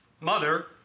mother